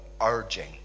urging